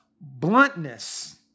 bluntness